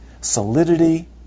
solidity